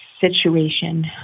situation